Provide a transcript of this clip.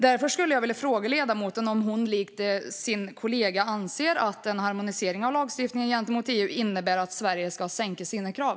Därför skulle jag vilja fråga ledamoten om hon, likt sin kollega, anser att en harmonisering av lagstiftningen gentemot EU innebär att Sverige ska sänka sina krav.